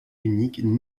unique